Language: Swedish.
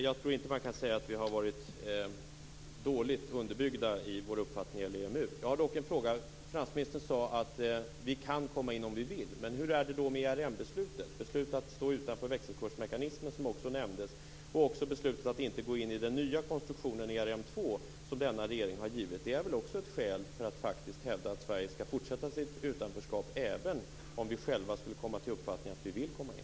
Jag tror inte att man kan säga att vår uppfattning om EMU har varit dåligt underbyggd. Jag har dock en fråga. Finansministern sade att vi kan komma in om vi vill. Hur är det då med ERM beslutet, beslutet att stå utanför växelkursmekanismen, som också nämndes, och beslutet att inte gå in i den nya konstruktionen av ERM 2 som denna regering fattat? Det är väl också ett skäl att faktiskt hävda att Sverige skall fortsätta sitt utanförskap, även om vi själva skulle komma fram till uppfattningen att vi vill komma in.